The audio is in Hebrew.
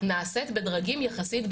נעשית בדרגים יחסית בכירים.